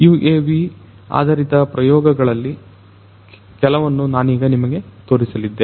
UAV ಆಧರಿತ ಪ್ರಯೋಗಗಳಲ್ಲಿ ಕೆಲವನ್ನು ನಾನೀಗ ನಿಮಗೆ ತೋರಿಸಲಿದ್ದೇನೆ